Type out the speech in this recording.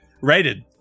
Rated